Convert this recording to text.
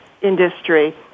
industry